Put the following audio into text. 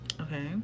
okay